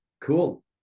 cool